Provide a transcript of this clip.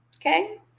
Okay